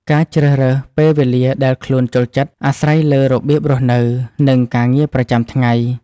ការជ្រើសរើសពេលវេលាដែលខ្លួនចូលចិត្ត អាស្រ័យលើរបៀបរស់នៅ និងការងារប្រចាំថ្ងៃ។